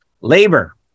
Labor